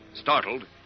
Startled